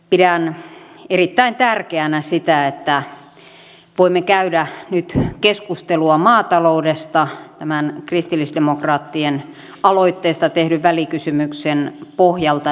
pidän erittäin tärkeänä sitä että voimme käydä nyt keskustelua maataloudesta tämän kristillisdemokraattien aloitteesta tehdyn välikysymyksen pohjalta